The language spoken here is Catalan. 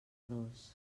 dos